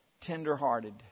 tender-hearted